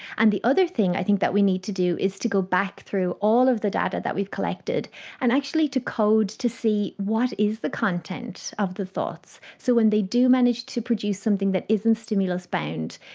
and the other thing i think that we need to do is to go back through all of the data that we've collected and actually to code to see what is the content of the thoughts, so when they do manage to produce something that isn't stimulus bound,